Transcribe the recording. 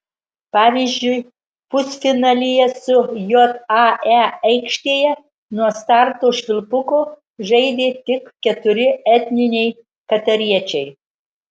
pavyzdžiui pusfinalyje su jae aikštėje nuo starto švilpuko žaidė tik keturi etniniai katariečiai